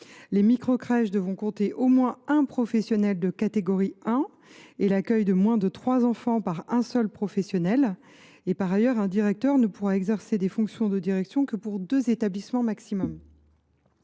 Les micro crèches devront compter au moins un professionnel de catégorie 1, et prévoir l’accueil de trois enfants ou moins par professionnel. Par ailleurs, un directeur ne pourra exercer des fonctions de direction que pour deux établissements au maximum.